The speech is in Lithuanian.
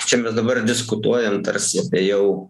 čia mes dabar diskutuojam tarsi apie jau